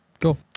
cool